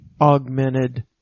augmented